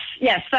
yes